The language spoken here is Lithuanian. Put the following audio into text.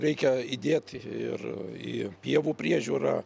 reikia įdėt ir į pievų priežiūrą